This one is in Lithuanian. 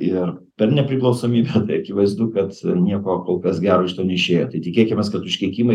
ir per nepriklausomybę tai akivaizdu kad nieko kol kas gero iš to neišėjo tai tikėkimės kad užkeikimai